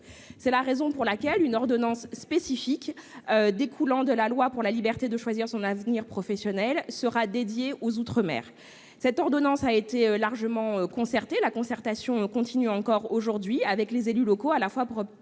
C'est la raison pour laquelle une ordonnance spécifique découlant de la loi pour la liberté de choisir son avenir professionnel sera dédiée aux outre-mer. Cette ordonnance a fait l'objet d'une large concertation, laquelle continue aujourd'hui avec les élus locaux à la fois